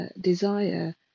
desire